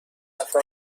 فضای